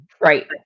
right